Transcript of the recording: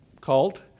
cult